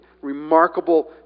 remarkable